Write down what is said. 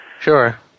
Sure